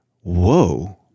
Whoa